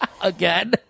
again